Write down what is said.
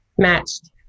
matched